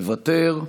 מוותר.